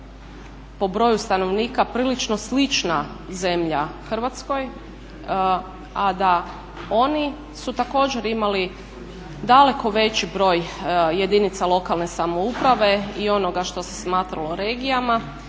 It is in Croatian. po broju stanovnika prilično slična zemlja Hrvatskoj, a da oni su također imali daleko veći broj jedinica lokalne samouprave i onoga što se smatralo regijama